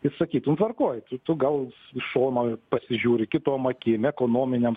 ir sakytum tvarkoj tu gal iš šono pasižiūri kitom akim ekonominėm